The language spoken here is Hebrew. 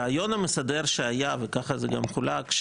הרעיון המסדר שהיה וכך זה גם חולק,